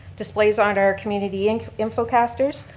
displays on our community and infocasters,